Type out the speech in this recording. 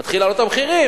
מתחילים להעלות את המחיר.